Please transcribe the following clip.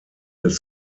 des